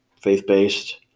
faith-based